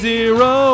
Zero